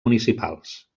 municipals